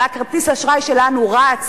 הרי כרטיס האשראי שלנו רץ